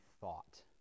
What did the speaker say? thought